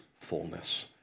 fullness